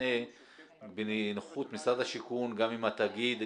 המשנה בנוכחות משרד השיכון גם עם התאגיד,